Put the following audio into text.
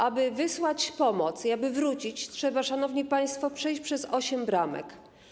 Aby wysłać pomoc i aby wrócić, trzeba, szanowni państwo, przejść przez osiem bramek.